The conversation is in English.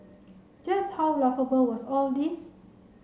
just how laughable was all this